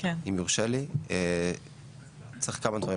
אם יורשה לי, צריך כמה דברים.